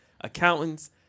accountants